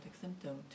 symptom